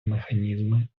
механізми